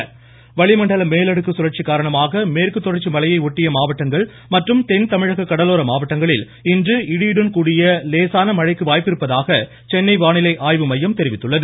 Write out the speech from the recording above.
மமமமம வானிலை வளிமண்டல மேலடுக்கு குழற்சி காரணமாக மேற்கு தொடர்ச்சி மலையை ஒட்டிய மாவட்டங்கள் மற்றும் தென்தமிழக கடலோர மாவட்டங்களில் இன்று இடியுடன் கூடிய லேசான மழைக்கு வாய்ப்பிருப்பதாக சென்னை வானிலை ஆய்வு மையம் தெரிவித்துள்ளது